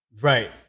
Right